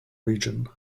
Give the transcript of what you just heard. region